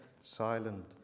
silent